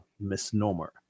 misnomer